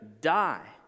die